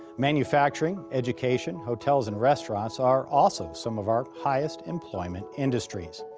manufacturing, education, hotels and restaurants are also some of our highest employment industries.